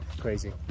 Crazy